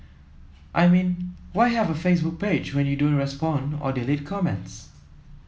I mean why have a Facebook page when you don't respond or delete comments